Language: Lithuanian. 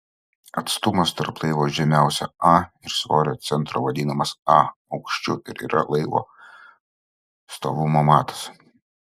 atstumas tarp laivo žemiausio a ir svorio centro vadinamas a aukščiu ir yra laivo stovumo matas